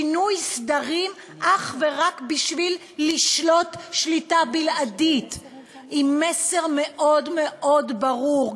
שינוי סדרים אך ורק בשביל לשלוט שליטה בלעדית עם מסר מאוד מאוד ברור,